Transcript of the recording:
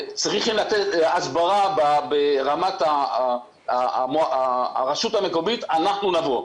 צריכים לתת הסברה ברמת הרשות המקומית, אנחנו נבוא.